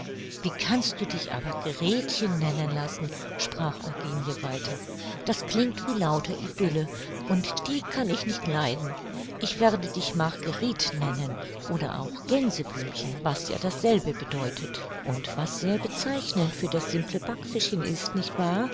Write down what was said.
wie kannst du dich aber gretchen nennen lassen sprach eugenie weiter das klingt wie lauter idylle und die kann ich nicht leiden ich werde dich marguerite nennen oder auch gänseblümchen was ja dasselbe bedeutet und was sehr bezeichnend für das simple backfischchen ist nicht wahr